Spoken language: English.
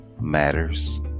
matters